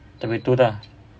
tapi tu lah